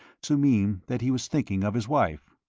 to mean that he was thinking of his wife.